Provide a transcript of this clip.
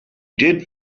did